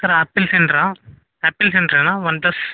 sir Apple సెంటరా Apple సెంటరేనా OnePlus